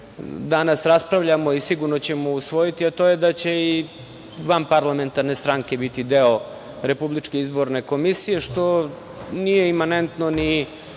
danas raspravljamo i sigurno ćemo usvojiti, a to je da će i vanparlamentarne stranke biti deo RIK, što nije imanentno ni